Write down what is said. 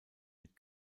mit